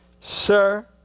Sir